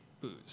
booze